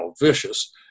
vicious